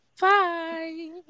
bye